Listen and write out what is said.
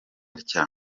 atya